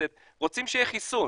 רוצים שיהיה חיסון.